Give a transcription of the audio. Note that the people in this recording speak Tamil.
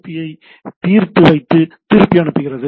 பியை தீர்த்து வைத்து திருப்பி அனுப்புகிறது